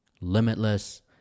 limitless